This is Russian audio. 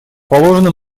положены